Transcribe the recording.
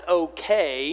okay